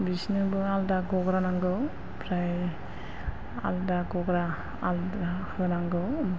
बिसोनोबो आलदा गग्रा नांगौ ओमफ्राय आलदा गग्रा आलदा होनांगौ